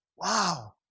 Wow